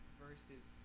versus